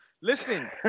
Listen